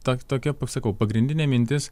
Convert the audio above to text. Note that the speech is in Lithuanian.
ta tokia pasakau pagrindinė mintis